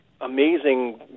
amazing